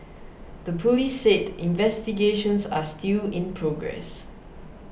the police said investigations are still in progress